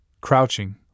crouching